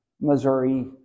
Missouri